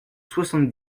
soixante